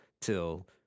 till